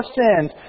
sins